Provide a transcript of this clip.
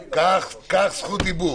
קח זכות דיבור